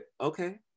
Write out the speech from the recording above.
okay